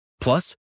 Plus